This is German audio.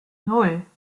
nan